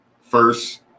first